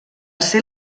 ser